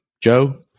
Joe